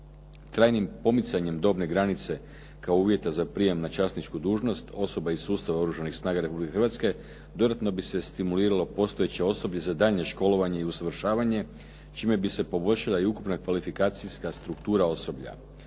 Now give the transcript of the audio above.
Krajnjim pomicanjem dobne granice kao uvjeta za prijem na časničku dužnost, osoba iz sustava Oružanih snaga Republike Hrvatske dodatno bi se stimuliralo postojeće osoblje za daljnje školanje i usavršavanje čime bi se poboljšala i ukupna kvalifikacijska struktura osoblja.